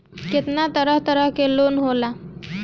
केतना तरह के लोन होला?